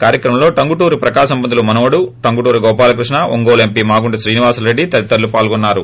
కార్యక్రమంలో టంగుటూరి ప్రకాశం పంతులు మనుమడు టంగుటూరి గోపాలకృష్ణ ఒంగోలు ఎంపి మాగుంట శ్రీనివాసులురెడ్డి తదితరులు పాల్గొన్నారు